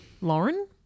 Lauren